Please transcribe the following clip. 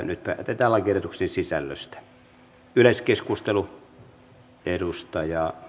nyt päätetään lakiehdotusten sisällöstä